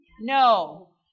No